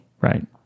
Right